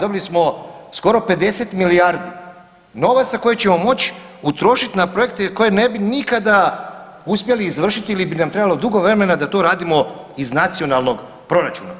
Dobili smo skoro 50 milijardi novaca, koji ćemo moći utrošiti na projekte koje ne bi nikada uspjeli izvršiti ili bi nam trebalo dugo vremena da to radimo iz nacionalnog proračuna.